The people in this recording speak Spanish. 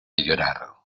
llorar